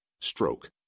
Stroke